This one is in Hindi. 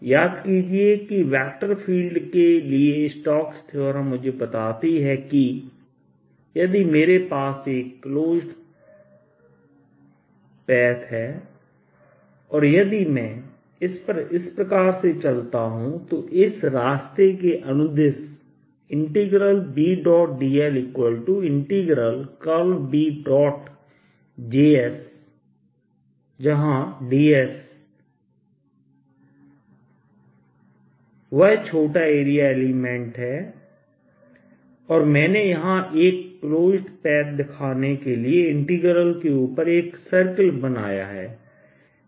याद कीजिए कि वेक्टर् फील्ड के लिए स्टोक्स थ्योरमStoke's Theorem मुझे बताती है कि यदि मेरे पास एक क्लोज़्ड पैथ है और यदि मैं इस पर इस प्रकार से चलता हूं तो इस रास्ते के अनुदिश BdlBdS जहां dS वह छोटा एरिया एलिमेंट है और मैंने यहाँ एक क्लोज़्ड पैथ दिखाने के लिए इंटीग्रल के ऊपर एक सर्किल बनाया है